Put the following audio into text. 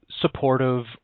supportive